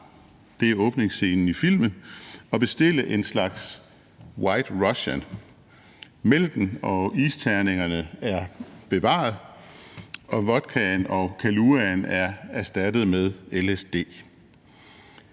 og bestille en slags White Russian, hvor mælken og isterningerne er bevaret, mens vodkaen og Kahlúaen er erstattet med lsd.